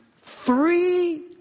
three